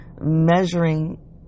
measuring